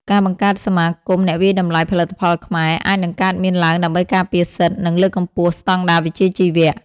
ការបង្កើតសមាគមអ្នកវាយតម្លៃផលិតផលខ្មែរ អាចនឹងកើតមានឡើងដើម្បីការពារសិទ្ធិ និងលើកកម្ពស់ស្តង់ដារវិជ្ជាជីវៈ។